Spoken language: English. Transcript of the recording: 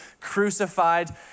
crucified